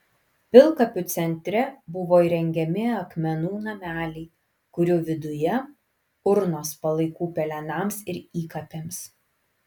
pilkapių centre buvo įrengiami akmenų nameliai kurių viduje urnos palaikų pelenams ir įkapėms